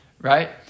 Right